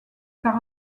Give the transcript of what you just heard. par